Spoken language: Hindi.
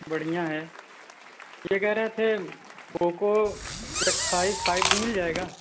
बढ़ियाँ है ये केह रहे थे Poco X five five G मिल जाएगा